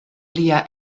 lia